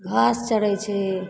घास चरै छै